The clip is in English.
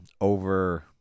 over